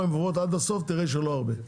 הצעות עוברות עד הסוף, תראה שלא הרבה.